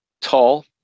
tall